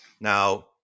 Now